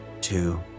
two